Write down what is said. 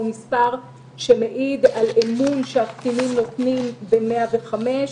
מספר שמעיד על אמון שהקטינים נותנים ב-105.